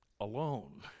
alone